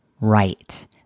right